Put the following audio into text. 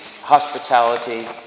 hospitality